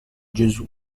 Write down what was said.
gesù